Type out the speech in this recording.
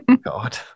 god